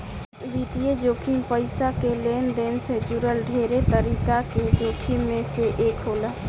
वित्तीय जोखिम पईसा के लेनदेन से जुड़ल ढेरे तरीका के जोखिम में से एक होला